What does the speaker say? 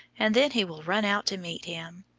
and then he will run out to meet him.